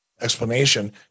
explanation